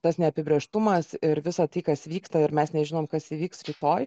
tas neapibrėžtumas ir visa tai kas vyksta ir mes nežinom kas įvyks rytoj